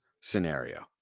scenario